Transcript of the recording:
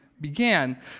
began